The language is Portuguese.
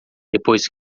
depois